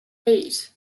eight